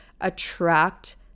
attract